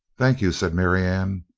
thank you, said marianne,